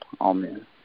Amen